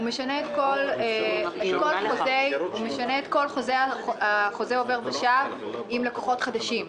הוא משנה את כל חוזי העובר ושב עם לקוחות חדשים.